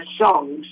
songs